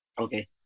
Okay